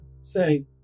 Say